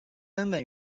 根本